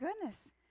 goodness